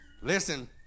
Listen